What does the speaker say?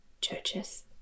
churches